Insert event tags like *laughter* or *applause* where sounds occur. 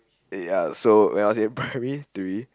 ya so when I was in primary *laughs* three